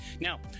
Now